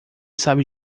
sabe